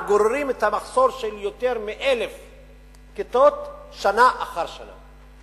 וגוררים את המחסור של יותר מ-1,000 כיתות שנה אחר שנה.